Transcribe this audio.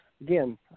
again